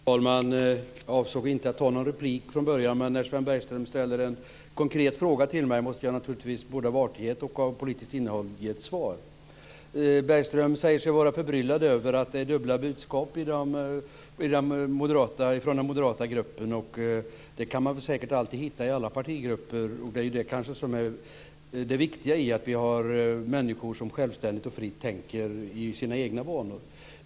Fru talman! Jag avsåg från början inte att begära någon replik, men när Sven Bergström ställer en konkret fråga till mig måste jag naturligtvis både av artighet och för det politiska innehållets skull ge ett svar. Bergström säger sig vara förbryllad över dubbla budskap från den moderata gruppen. Det kan man säkert hitta i alla partigrupper. Det är ju viktigt att ha människor som självständigt och fritt tänker i sina egna banor.